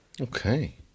Okay